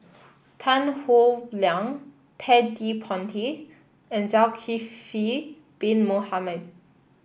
Tan Howe Liang Ted De Ponti and Zulkifli Bin Mohamed